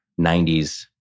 90s